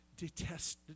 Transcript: detest